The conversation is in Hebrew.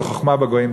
אבל "חוכמה בגויים,